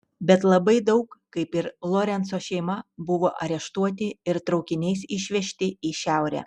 bet labai daug kaip ir lorenco šeima buvo areštuoti ir traukiniais išvežti į šiaurę